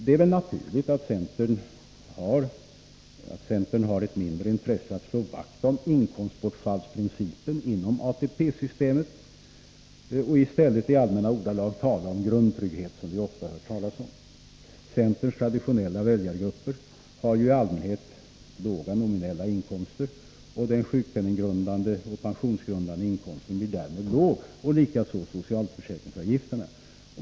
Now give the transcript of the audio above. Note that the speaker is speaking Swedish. Det är väl naturligt att centern har ett mindre intresse av att slå vakt om inkomstbortfallsprincipen inom ATP-systemet och i stället i allmänna ordalag talar om grundtrygghet. Centerns traditionella väljargrupper har ju i allmänhet låga nominella inkomster, och den sjukpenninggrundande och pensionsgrundande inkomsten blir därmed låg liksom socialförsäkringsavgif terna.